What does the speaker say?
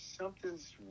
something's